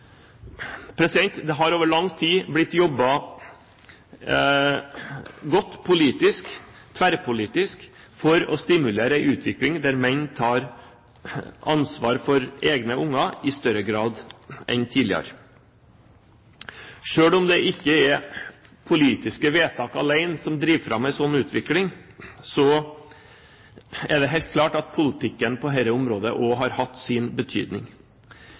foreldrepengene. Det har over lang tid blitt jobbet godt tverrpolitisk for å stimulere en utvikling der menn tar ansvar for egne unger i større grad enn tidligere. Selv om det ikke er politiske vedtak alene som driver fram en sånn utvikling, er det helt klart at politikken på dette området også har hatt sin betydning.